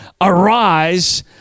Arise